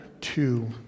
two